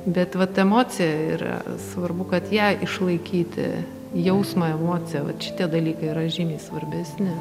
bet vat emocija yra svarbu kad ją išlaikyti jausmą emociją vat šitie dalykai yra žymiai svarbesni